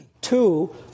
Two